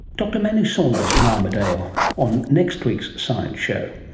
dr manu saunders in armidale on next week's science show.